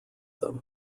them